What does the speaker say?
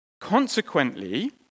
consequently